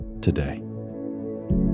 today